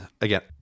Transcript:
again